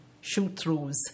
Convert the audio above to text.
shoot-throughs